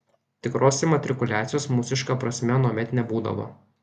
tikros imatrikuliacijos mūsiška prasme anuomet nebūdavo